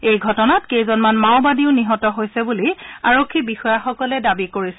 এই ঘটনাত কেইজনমান মাওবাদীত নিহত হৈছে বুলি আৰক্ষী বিষয়াসকলে দাবী কৰিছে